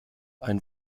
ein